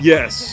Yes